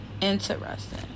interesting